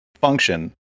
function